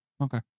Okay